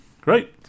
great